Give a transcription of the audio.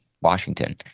Washington